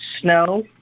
snow